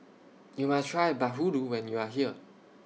YOU must Try Bahulu when YOU Are here